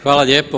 Hvala lijepo.